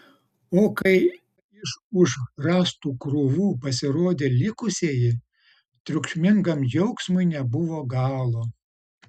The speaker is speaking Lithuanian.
o kai iš už rąstų krūvų pasirodė likusieji triukšmingam džiaugsmui nebuvo galo